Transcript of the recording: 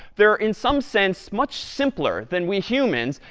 they're, in some sense, much simpler than we humans,